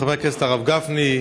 חבר הכנסת הרב גפני,